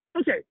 okay